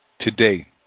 today